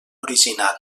original